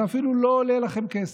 זה אפילו לא עולה לכם כסף.